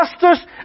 justice